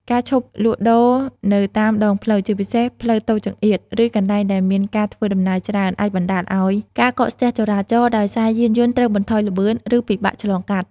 ការឈប់លក់ដូរនៅតាមដងផ្លូវ ជាពិសេសផ្លូវតូចចង្អៀត ឬកន្លែងដែលមានការធ្វើដំណើរច្រើន អាចបណ្ដាលឲ្យ ការកកស្ទះចរាចរណ៍ ដោយសារយានយន្តត្រូវបន្ថយល្បឿន ឬពិបាកឆ្លងកាត់។